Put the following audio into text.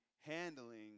handling